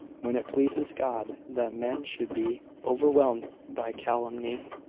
when it pleases god that men should be overwhelmed by calumny,